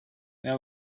that